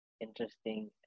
interesting